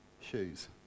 Shoes